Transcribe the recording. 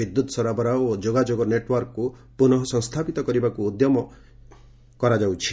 ବିଦ୍ୟୁତ୍ ସରବରାହ ଓ ଯୋଗାଯୋଗ ନେଟୱାର୍କକୁ ପୁନଃସଂସ୍ଥାପିତ କରିବାକୁ ଉଦ୍ୟମ କରାଯାଉଛି